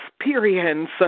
experience